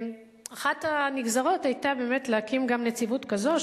אחת הנגזרות היתה באמת להקים גם נציבות כזו,